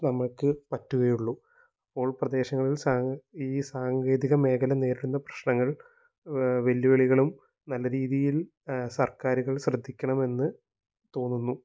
നമ്മൾക്ക് പറ്റുകയുള്ളു അപ്പോൾ പ്രദേശങ്ങളിൽ ഈ സാങ്കേതിക മേഖല നേരിടുന്ന പ്രശ്നങ്ങൾ വെല്ലുവിളികളും നല്ല രീതിയിൽ സർക്കാറുകൾ ശ്രദ്ധിക്കണമെന്ന് തോന്നുന്നു